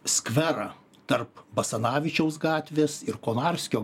skverą tarp basanavičiaus gatvės ir konarskio